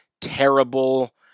terrible